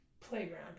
playground